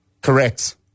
Correct